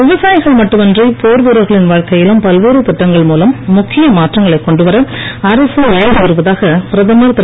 விவசாயிகள் மட்டுமின்றி போர் வீரர்களின் வாழ்க்கையிலும் பல்வேறு திட்டங்கள் மூலம் முக்கிய மாற்றங்களை கொண்டுவர அரசு முயன்று வருவதாக பிரதமர் திரு